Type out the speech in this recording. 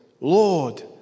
Lord